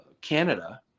Canada